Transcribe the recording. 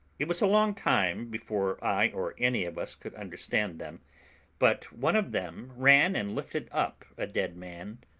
it was a long time before i or any of us could understand them but one of them ran and lifted up a dead man,